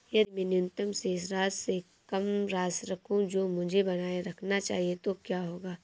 यदि मैं न्यूनतम शेष राशि से कम राशि रखूं जो मुझे बनाए रखना चाहिए तो क्या होगा?